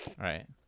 Right